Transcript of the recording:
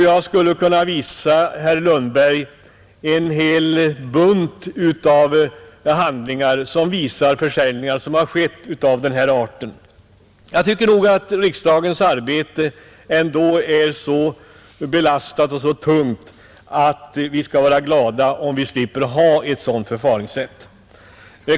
Jag skulle kunna visa herr Lundberg en hel bunt handlingar som visar försäljningar av denna art. Jag tycker nog att riksdagen ändå är så belastad med arbete att vi skall vara glada om vi slipper ha ett sådant förfaringssätt.